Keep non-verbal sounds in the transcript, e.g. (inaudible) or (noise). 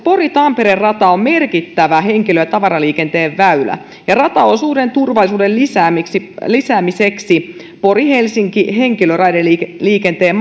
(unintelligible) pori tampere rata on merkittävä henkilö ja tavaraliikenteen väylä ja rataosuuden turvallisuuden lisäämiseksi lisäämiseksi ja pori helsinki henkilöraideliikenteen (unintelligible)